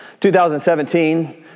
2017